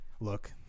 Look